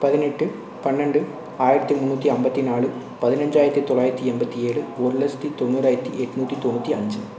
பதினெட்டு பன்னெண்டு ஆயிரத்தி முன்னூற்றி ஐம்பத்தி நாலு பதினைஞ்சாயிரத்தி தொள்ளாயிரத்தி எண்பத்தி ஏழு ஒரு லட்சத்தி தொண்ணூறாயிரத்தி எட்னூத்தி தொண்ணூற்றி அஞ்சு